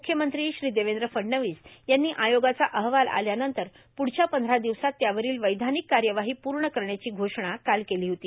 मुख्यमंत्री श्री देवद्र फडणवीस यांनी आयोगाचा अहवाल आल्यानंतर पुढच्या पंधरा र्दिवसांत त्यावरोल वैधार्मिनक कायवाहां पूण करण्याची घोषणा काल केला होती